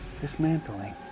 dismantling